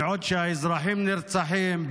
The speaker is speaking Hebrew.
בזמן שהאזרחים נרצחים,